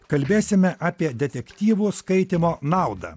kalbėsime apie detektyvų skaitymo naudą